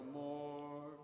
more